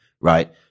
right